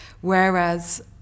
whereas